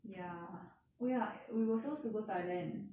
ya oh ya we were supposed to go thailand